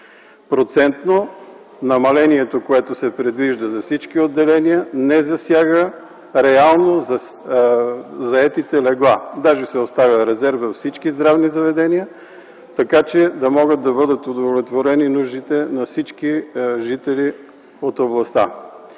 Процент на намалението, което се предвижда за всички отделения, не засяга реално заетите легла. Даже се оставя резерв във всички здравни заведения, така че там могат да бъдат удовлетворени нуждите на всички жители от областта.